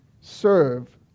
serve